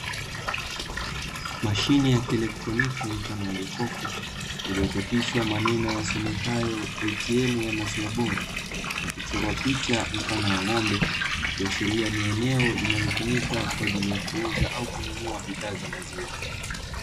Mashine ya kieletroniki mfano wa jokofu iliyochapisha maneno yasomekayo, [ATM] na kuchora picha mfano wa ng'ombe ikiashiria ni eneo linalotumika kwaajili ya kuuza au kununua bidhaa za maziwa.